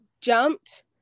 jumped